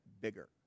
bigger